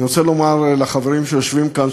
אני רוצה לומר לחברים שיושבים כאן,